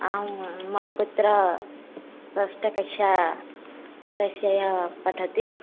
आम् मम पुत्रः अष्टम कक्षा कक्षायां पठति